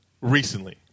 Recently